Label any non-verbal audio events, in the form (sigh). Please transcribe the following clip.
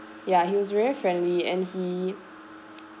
ya he was very friendly and he (noise)